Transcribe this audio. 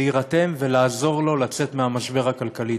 להירתם ולעזור לו לצאת מהמשבר הכלכלי.